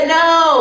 no